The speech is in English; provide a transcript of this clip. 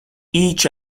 each